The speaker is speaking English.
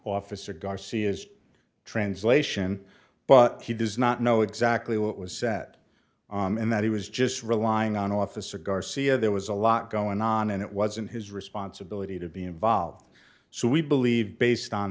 officer garcia's translation but he does not know exactly what was said and that he was just relying on officer garcia there was a lot going on and it wasn't his responsibility to be involved so we believe based on